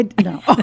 No